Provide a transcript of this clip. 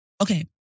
okay